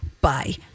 Bye